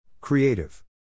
Creative